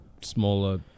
smaller